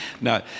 no